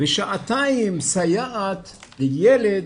ושעתיים סייעת לילד,